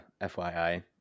FYI